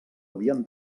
havien